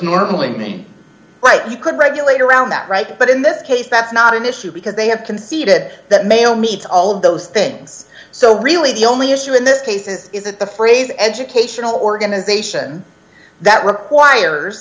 normally a name right you could regulate around that right but in this case that's not an issue because they have conceded that mail meets all of those things so really the only issue in this case is is that the phrase educational organization that requires